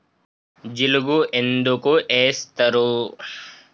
జిలుగు ఎందుకు ఏస్తరు?